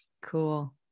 Cool